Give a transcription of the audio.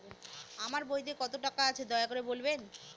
আমার বইতে কত টাকা আছে দয়া করে বলবেন?